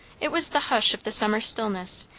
it was the hush of the summer stillness,